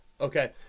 Okay